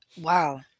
Wow